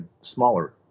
smaller